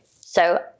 So-